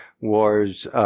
Wars